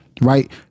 right